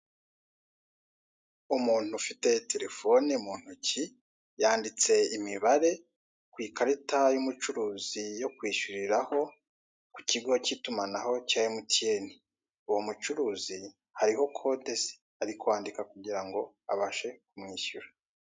Umuntu ufite terefoni muntoki yanditse imibare ku ikarita y'umucuruzi yo kwishyuriraho kukigo cy'itumanaho cya emutiyeni. Uwo mucuruzi hariho kode ze, ari kwandika kugira ngo abashe kumwishyura.